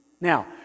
Now